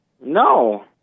No